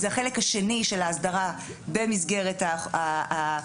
זה החלק השני של ההסדרה במסגרת התקלות